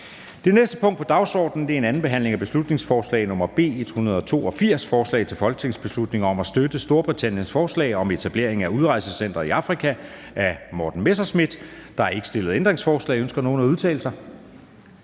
Det næste punkt på dagsordenen er: 69) 2. (sidste) behandling af beslutningsforslag nr. B 182: Forslag til folketingsbeslutning om at støtte Storbritanniens forslag om etablering af udrejsecenter i Afrika. Af Morten Messerschmidt (DF) m.fl. (Fremsættelse